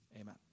Amen